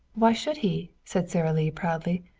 why should he? said sara lee proudly.